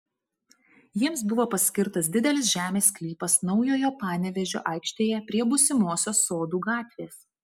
jiems buvo paskirtas didelis žemės sklypas naujojo panevėžio aikštėje prie būsimosios sodų gatvės